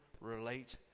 relate